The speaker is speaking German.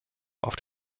auf